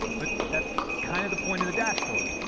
but that's kind of the point of the dashboard.